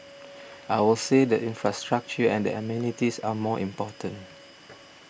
I would say the infrastructure and the amenities are more important